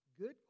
good